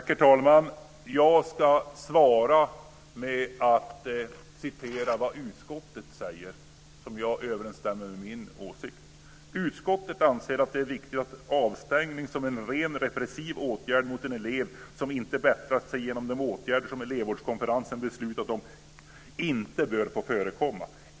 Herr talman! Jag ska svara med att citera vad utskottet säger, och det överensstämmer med min åsikt: "Utskottet anser att det är viktigt att avstängning som en ren repressiv åtgärd mot en elev som inte bättrat sig genom de åtgärder som elevvårdskonferensen beslutat inte bör få förekomma.